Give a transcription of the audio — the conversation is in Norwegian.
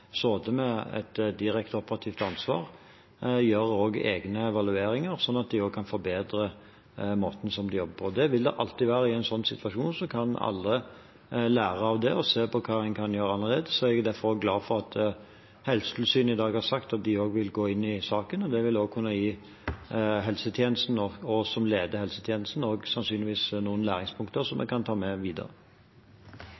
med et direkte operativt ansvar, også gjør egne evalueringer, sånn at de kan forbedre måten de jobber på. Sånn vil det alltid være i en sånn situasjon. Og så kan alle lære av det og se på hva man kan gjøre annerledes. Jeg er derfor glad for at Helsetilsynet i dag har sagt at de også vil gå inn i saken. Det vil sannsynligvis kunne gi helsetjenesten og oss som leder helsetjenesten, noen lærepunkter som